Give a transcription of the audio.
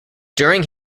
during